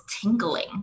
tingling